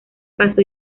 pasó